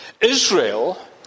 Israel